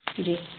जी